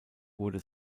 wurde